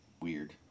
weird